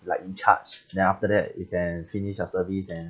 like in charge then after that you can finish your service and